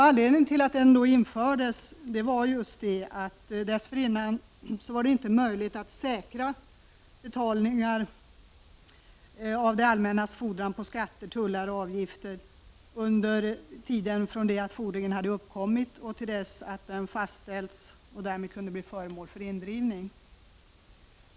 Anledningen till att den infördes var att dessförinnan var det inte möjligt att säkra betalningar av det allmännas fordringar på skatter, tullar och avgifter under tiden från att fordringen uppkommit och till dess den fastställts och därmed kunde bli föremål för indrivning.